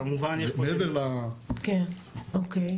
מעבר ל- -- כן, אוקיי.